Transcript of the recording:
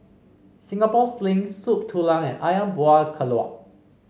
Singapore Sling Soup Tulang and ayam Buah Keluak